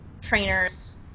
trainers